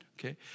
okay